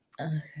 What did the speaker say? Okay